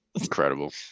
Incredible